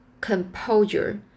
composure